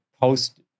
post